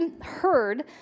heard